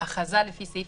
הכרזה לפי סעיף